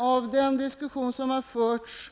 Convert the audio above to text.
Av den diskussion som har förts